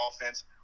offense